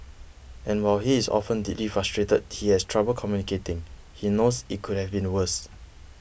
and while he is often deeply frustrated he has trouble communicating he knows it could have been worse